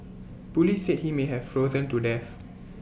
Police said he may have frozen to death